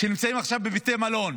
והם נמצאים עכשיו בבתי מלון